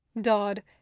Dodd